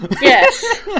Yes